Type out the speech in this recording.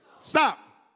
Stop